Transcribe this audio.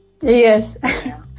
Yes